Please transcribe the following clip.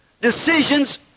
Decisions